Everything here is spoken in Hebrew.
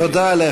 תודה.